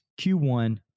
Q1